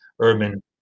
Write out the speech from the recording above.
urban